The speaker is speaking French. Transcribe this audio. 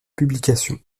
publications